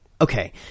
Okay